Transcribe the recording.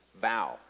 vow